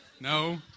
No